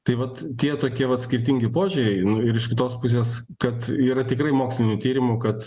tai vat tie tokie vat skirtingi požiūriai ir iš kitos pusės kad yra tikrai mokslinių tyrimų kad